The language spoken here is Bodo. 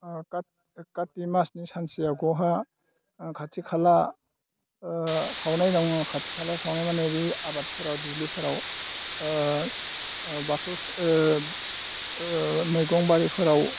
खाथि मासनि सानसे आवगायहाय खाथि खाला सावनाय दङ खाथि खाला सावनाय माने बै आबादफोराव दुब्लिफोराव बाथौ मैगं बारिफोराव